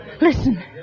Listen